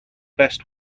best